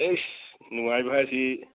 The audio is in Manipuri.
ꯑꯦꯁ ꯅꯨꯡꯉꯥꯏꯕ ꯍꯥꯏꯁꯤ